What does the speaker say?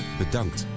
bedankt